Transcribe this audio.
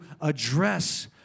address